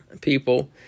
people